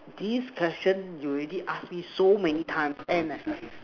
this question you already ask me so many times and eh